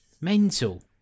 Mental